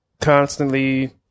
constantly